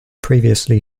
previously